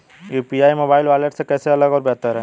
UPI mobile wallet से कैसे अलग और बेहतर है?